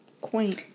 Quaint